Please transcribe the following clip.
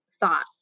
thought